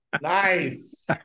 Nice